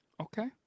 Okay